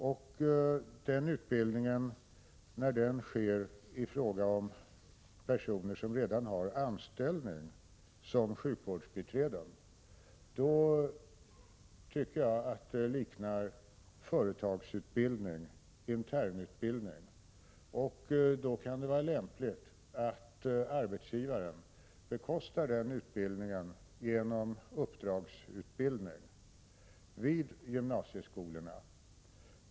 Sådan utbildning till personer som redan har anställning som sjukvårdsbiträden tycker jag liknar företagsutbildning eller internutbildning, och då kan det vara lämpligt att arbetsgivaren bekostar utbildningen genom uppdragsutbildning vid gymnasieskolorna.